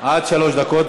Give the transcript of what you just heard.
עד שלוש דקות.